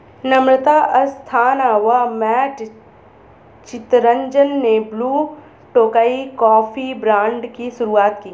नम्रता अस्थाना व मैट चितरंजन ने Blue Tokai coffee brand की शुरुआत की